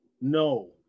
No